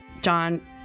John